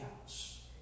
house